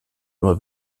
immer